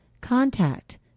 contact